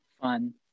fun